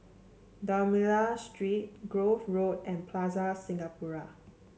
D'Almeida Street Grove Road and Plaza Singapura